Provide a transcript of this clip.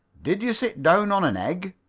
did you sit down on an egg?